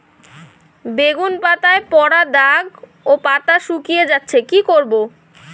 বেগুন পাতায় পড়া দাগ ও পাতা শুকিয়ে যাচ্ছে কি করব?